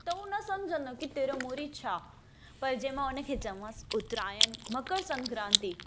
त हू न सम्झंदो की तिरमूरी छा पर जे मां उन खे चवांसि उतरायण मकर संक्रांति